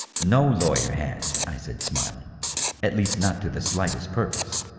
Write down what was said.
no lawyer has, i said, smiling at least not to the slightest purpose.